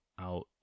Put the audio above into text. out